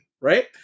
right